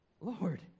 Lord